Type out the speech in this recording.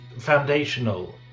foundational